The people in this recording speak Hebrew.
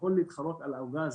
שיכול להתחרות על העוגה הזאת.